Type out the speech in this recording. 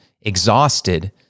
exhausted